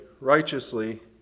righteously